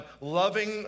loving